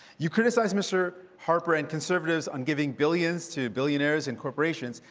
you criticized mr. harper and conservatives on giving billions to billionaires and corporations.